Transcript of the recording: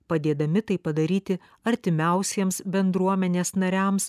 padėdami tai padaryti artimiausiems bendruomenės nariams